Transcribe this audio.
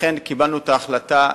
לכן קיבלנו את ההחלטה